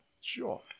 sure